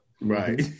Right